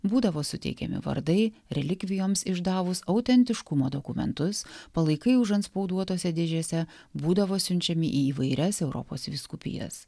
būdavo suteikiami vardai relikvijoms išdavus autentiškumo dokumentus palaikai užantspauduotuose dėžėse būdavo siunčiami į įvairias europos vyskupijas